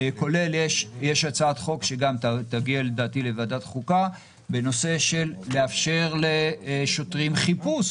יש הצעת חוק שתגיע לדעתי לוועדת חוקה בנושא של לאפשר לשוטרים חיפוש